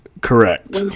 Correct